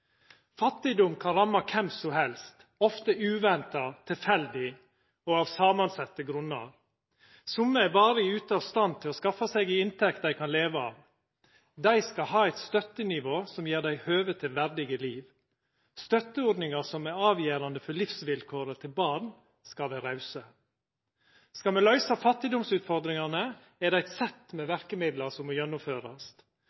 Fattigdom kan ramma kven som helst – ofte uventa, tilfeldig og av samansette grunnar. Somme er varig ute av stand til å skaffa seg ei inntekt dei kan leva av. Dei skal ha eit støttenivå som gjev dei høve til verdige liv. Støtteordningar som er avgjerande for livsvilkåra til barn, skal vera rause. Skal me løysa fattigdomsutfordringane, er det eit sett med